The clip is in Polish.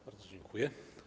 Bardzo dziękuję.